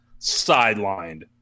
sidelined